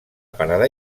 parada